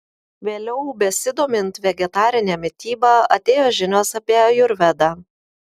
vėliau besidomint vegetarine mityba atėjo žinios apie ajurvedą